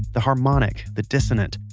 the harmonic, the dissonant.